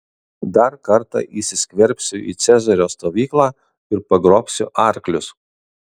dar kartą įsiskverbsiu į cezario stovyklą ir pagrobsiu arklius